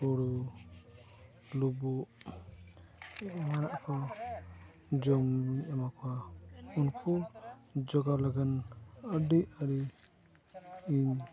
ᱦᱳᱲᱳ ᱞᱩᱵᱩᱜ ᱢᱟᱨᱟᱜ ᱠᱚ ᱡᱚᱢᱤᱧ ᱮᱢᱟ ᱠᱚᱣᱟ ᱩᱱᱠᱩ ᱡᱚᱜᱟᱣ ᱞᱟᱜᱟᱱ ᱟᱹᱰᱤ ᱟᱹᱰᱤ ᱤᱧ